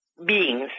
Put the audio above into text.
beings